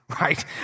right